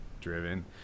Driven